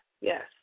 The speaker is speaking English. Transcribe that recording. Yes